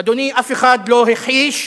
אדוני, אף אחד לא הכחיש,